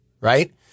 right